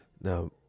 Now